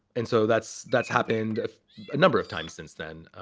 and so that's that's happened a number of times since then.